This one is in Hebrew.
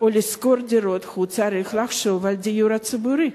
או לשכור דירות הוא צריך לחשוב על דיור ציבורי.